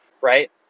right